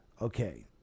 Okay